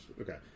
Okay